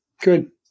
Good